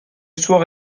soir